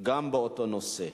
גם באותו נושא.